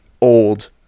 old